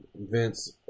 Vince